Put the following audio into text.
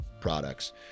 products